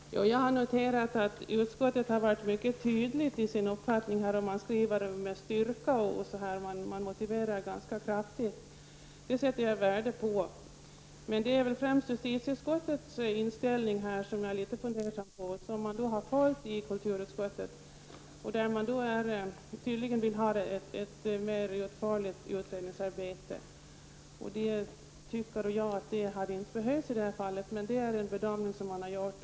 Herr talman! Jag har noterat att utskottet har varit mycket tydligt i sin uppfattning. Man skriver med styrka och motiverar ganska kraftigt. Det sätter jag värde på. Men jag är litet fundersam över justitieutskottets inställning, som man har följt i kulturutskottet. Man vill tydligen ha en mer utförlig utredning. Jag tycker att det inte hade behövts i det här fallet. Men det är alltså en bedömning som man har gjort.